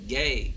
gay